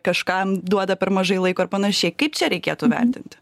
kažkam duoda per mažai laiko ir panašiai kaip čia reikėtų vertinti